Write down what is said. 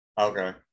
Okay